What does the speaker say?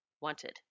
wanted